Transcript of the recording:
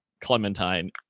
Clementine